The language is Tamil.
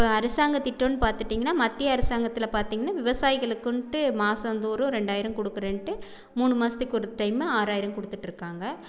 இப்போ அரசாங்கம் திட்டம் பார்த்தீட்டிங்ன்னா மத்திய அரசாங்கத்தில் பார்த்தீங்ன்னா விவசாயிகளுக்குன்ட்டு மாதம் தோறும் ரெண்டாயிரம் கொடுக்குறேன்ட்டு மூணு மாதத்துக்கு ஒரு டைம் ஆறாயிரம் கொடுத்துட்டு இருக்காங்க